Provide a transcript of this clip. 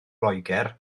loegr